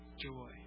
joy